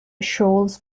shoals